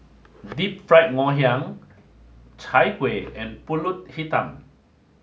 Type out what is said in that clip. Deep Fried Ngoh Hiang Chai Kuih and Pulut Hitam